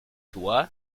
toi